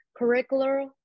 curricular